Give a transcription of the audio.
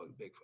Bigfoot